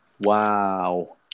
Wow